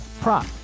prop